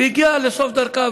והגיעה לסוף דרכה,